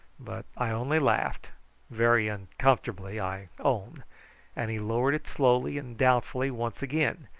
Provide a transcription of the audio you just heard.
but i only laughed very uncomfortably i own and he lowered it slowly and doubtfully once again,